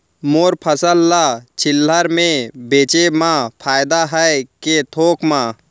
मोर फसल ल चिल्हर में बेचे म फायदा है के थोक म?